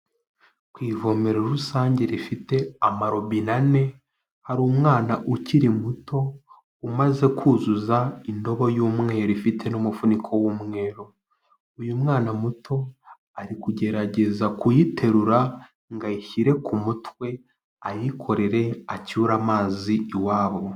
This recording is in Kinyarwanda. Ku ivomero rusange rifite amarobine, ane hari umwana ukiri muto umaze kuzuza indobo y'umweru ifite n'umufuniko w'umweru. Uyu mwana muto ari kugerageza kuyiterura ngo ayishyire ku mutwe ayikorere acyura amazi iwabo.